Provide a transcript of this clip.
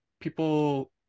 people